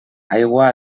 aigua